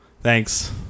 Thanks